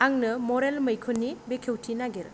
आंनो मरेल मैखुननि बेखेवथि नागिर